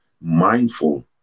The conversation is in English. mindful